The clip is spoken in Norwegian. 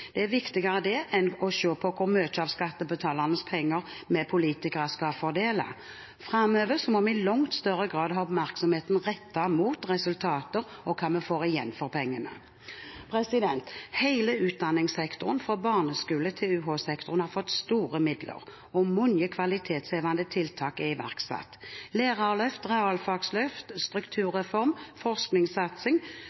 Det er viktigere enn å se på hvor mye av skattebetalernes penger vi politikere skal fordele. Framover må vi i langt større grad ha oppmerksomheten rettet mot resultater og hva vi får igjen for pengene. Hele utdanningssektoren fra barneskolen til UH-sektoren har fått store midler, og mange kvalitetshevende tiltak er iverksatt, som lærerløft, realfagsløft,